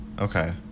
Okay